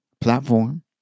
platform